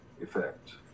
effect